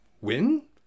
Win